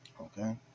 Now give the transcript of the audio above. Okay